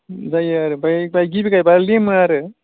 जायो फाय गिबि गायब्ला लेमो आरो